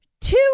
two